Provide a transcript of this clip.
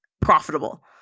profitable